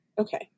Okay